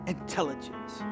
intelligence